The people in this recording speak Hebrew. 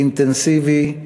אינטנסיבי,